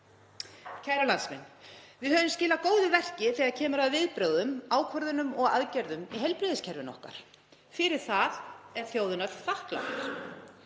og landeigendur. Við höfum skilað góðu verki þegar kemur að viðbrögðum, ákvörðunum og aðgerðum í heilbrigðiskerfinu okkar. Fyrir það er þjóðin öll þakklát.